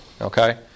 okay